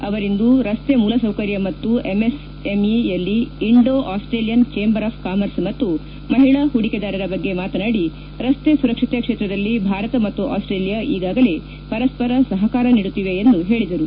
ಅವರಿಂದು ರಸ್ತೆ ಮೂಲಸೌಕರ್ಯ ಮತ್ತು ಎಂಎಸ್ಎಂಇಯಲ್ಲಿ Indo Australian chamber of commerce ಮತ್ತು ಮಹಿಳಾ ಪೂಡಿಕೆದಾರರ ಬಗ್ಗೆ ಮಾತನಾಡಿ ರಸ್ತೆ ಸುರಕ್ಷತೆ ಕ್ಷೇತ್ರದಲ್ಲಿ ಭಾರತ ಮತ್ತು ಆಸ್ಟೇಲಿಯಾ ಈಗಾಗಲೇ ವರಸ್ತರ ಸಹಕಾರ ನೀಡುತ್ತಿವೆ ಎಂದು ಹೇಳಿದರು